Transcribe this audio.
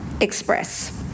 express